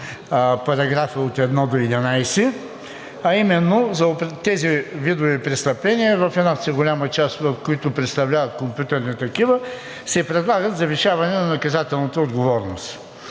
параграфи от 1 до 11, а именно за тези видове престъпления, голямата част от които представляват компютърни такива, се предлага завишаване на наказателната отговорност.